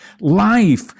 Life